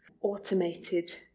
automated